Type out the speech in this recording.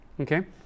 Okay